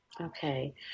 Okay